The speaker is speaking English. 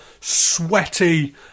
sweaty